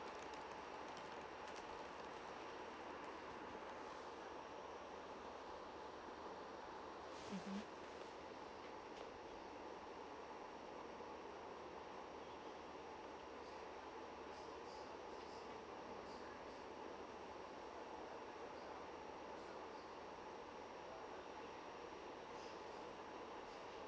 mmhmm